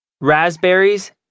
raspberries